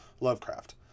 Lovecraft